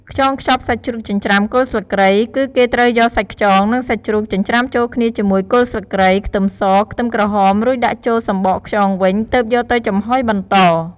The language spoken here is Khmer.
ខ្យងខ្ចប់សាច់ជ្រូកចិញ្ច្រាំគល់ស្លឹកគ្រៃ គឺគេត្រូវយកសាច់ខ្យង និងសាច់ជ្រូក ចិញ្រ្ចាំចូលគ្នាជាមួយគល់ស្លឹកគ្រៃ ខ្ទឹមស ខ្ទឹមក្រហម រួចដាក់ចូលសំបកខ្យងវិញ ទើបយកទៅចំហុយបន្ត។